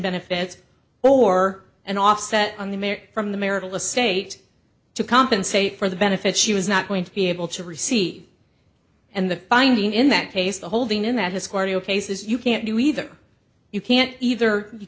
benefits or an offset on the mayor from the marital estate to compensate for the benefits she was not going to be able to receive and the finding in that case the holding in that his cardio case is you can't do either you can't either you